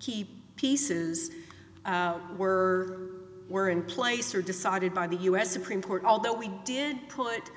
key pieces were were in place or decided by the u s supreme court although we did put